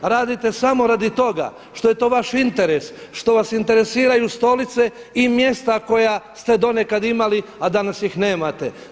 Radite samo radi toga što je to vaš interes, što vas interesiraju stolice i mjesta koja ste do nekad imali, a danas ih nemate.